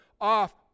off